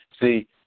See